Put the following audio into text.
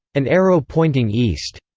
an arrow pointing east.